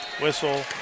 Whistle